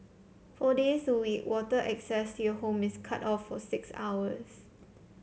four days a week water access your home is cut for six hours